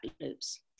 loops